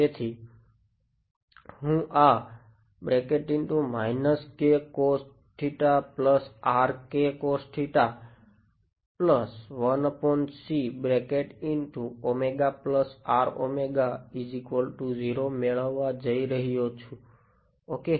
તેથી હું આ મેળવવા જઇ રહ્યો છું ઓકે